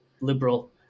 liberal